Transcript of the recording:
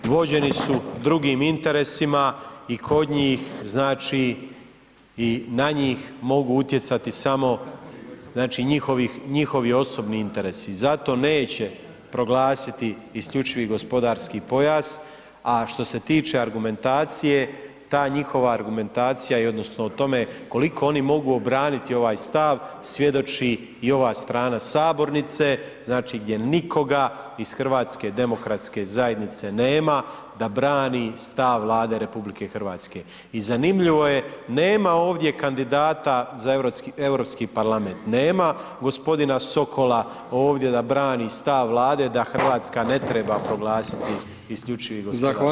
Vođeni su drugim interesima i kod njih, znači, i na njih mogu utjecati samo, znači, njihovi osobni interesi, zato neće proglasiti isključivi gospodarski pojas, a što se tiče argumentacije, ta njihova argumentacija i odnosno o tome koliko oni mogu obraniti ovaj stav, svjedoči i ova strana sabornica, znači, gdje nikoga iz HDZ-a nema da brani stav Vlade RH i zanimljivo je nema ovdje kandidata za Europski parlament, nema g. Sokola ovdje da brani stav Vlade da RH ne treba proglasiti isključivi gospodarski pojas.